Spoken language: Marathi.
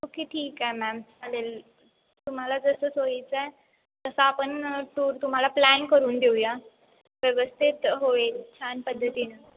ओके ठीक आहे मॅम चालेल तुम्हाला जसं सोयीचं आहे तसं आपण टूर तुम्हाला प्लॅन करून देऊया व्यवस्थित होईल छान पद्धतीनं